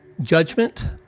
judgment